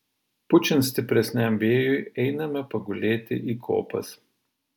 pučiant stipresniam vėjui einame pagulėti į kopas